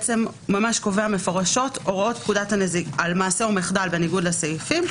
קובע מפורשות על מעשה או מחדל בניגוד לסעיפים,